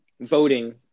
voting